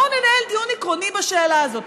בואו ננהל דיון עקרוני בשאלה הזאת.